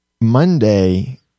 Monday